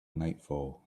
nightfall